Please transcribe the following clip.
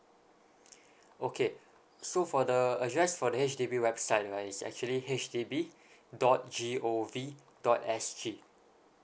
okay so for the address for the H_D_B website right is actually H D B dot G O V dot S G